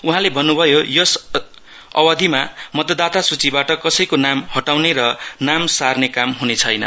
उहाँले भन्नुभयो यस अवधिमा मतदाता सूचिबाट कसैको नाम हटाउने र नाम सारने काम हुने छैन